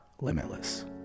limitless